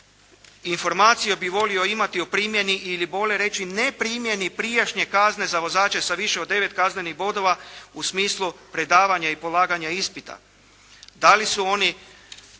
Informaciju bi volio imati o primjeni ili bolje reći ne primjeni prijašnje kazne za vozače sa više od 9 kaznenih bodova u smislu predavanja i polaganja ispita.